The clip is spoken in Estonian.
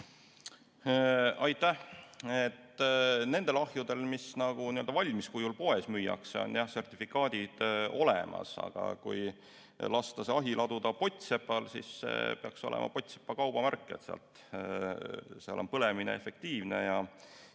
Aitäh! Nendel ahjudel, mis nii-öelda valmiskujul poes müüakse, on jah sertifikaadid olemas, aga kui lasta see ahi laduda pottsepal, siis peaks olema pottsepa kaubamärk, et seal on põlemine efektiivne ja